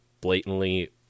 blatantly